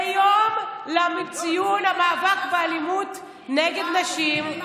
ביום ציון המאבק באלימות נגד נשים,